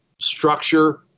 structure